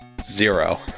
Zero